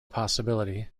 possibility